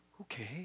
Okay